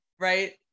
Right